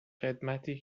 خدمتی